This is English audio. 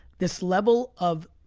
this level of